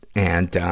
and, ah,